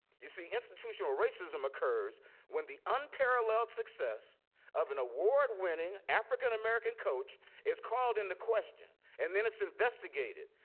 you see, institutional racism occurs when the unparalleled success of an award winning winning african american coach is called into question and then it's investigated,